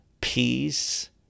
peace